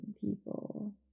people